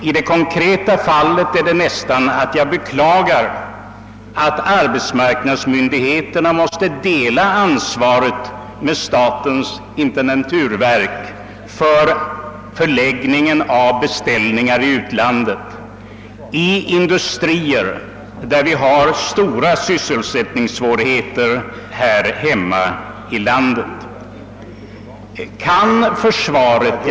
I det konkreta fallet beklagar jag dock att arbetsmarknadsmyndigheterna måste dela ansvaret med statens intendenturverk när det gäller utläggning av beställningar i utlandet, hos industriföretag av samma slag som vi här i landet har stora sysselsättningssvårigheter vid.